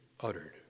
uttered